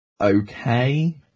okay